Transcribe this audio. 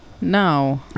No